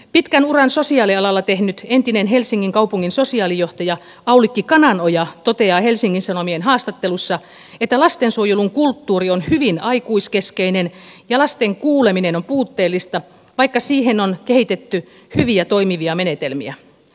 pitkän uran sosiaalialalla tehnyt entinen helsingin kaupungin sosiaalijohtaja aulikki kananoja toteaa helsingin sanomien haastattelussa että lastensuojelun kulttuuri on hyvin aikuiskeskeinen ja lasten kuuleminen on puutteellista vaikka siihen on kehitetty hyviä toimivia menetelmiä